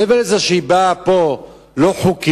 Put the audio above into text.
מעבר לזה שהיא באה לכאן לא כחוק,